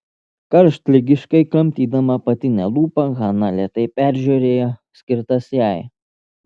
karštligiškai kramtydama apatinę lūpą hana lėtai peržiūrėjo skirtas jai